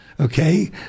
okay